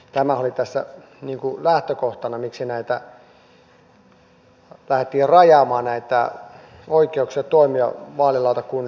tämä oli tässä lähtökohtana miksi lähdettiin rajaamaan näitä oikeuksia toimia vaalilautakunnissa